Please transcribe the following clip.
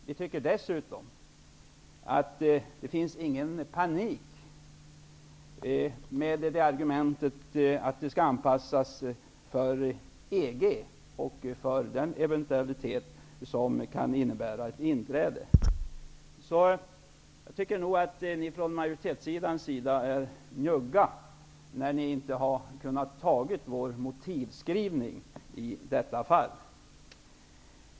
Vi tycker dessutom att man inte behöver känna någon panikartad brådska med anpassningen inför ett eventuellt inträde i EG. Vi tycker att ni på majoritetssidan är njugga när ni inte har kunnat acceptera vår motivskrivning i detta fall.